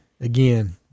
again